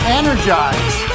energize